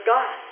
God